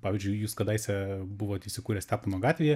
pavyzdžiui jūs kadaise buvot įsikūręs stepono gatvėje